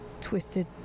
twisted